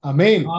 Amen